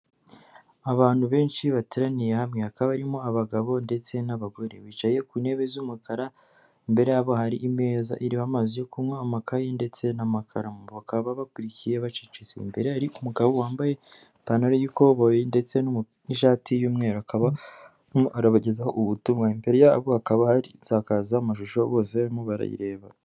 Abantu benshi bateraniye hamwe hakaba barimo abagabo ndetse n'abagore, bicaye ku ntebe z'umukara, imbere yabo hari imeza iriho amazi yo kunywa, amakayi, ndetse n'amakaramu bakaba bakurikiye bacecetse, imbere hari umugabo wambaye ipantaro y'ikoboyi ndetse n'ishati y'umweru, akaba arimo arabagezaho ubutumwa, imbere yabo hakaba hari insakaza mashusho bose barimo barayireba.